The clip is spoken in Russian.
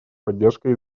поддержкой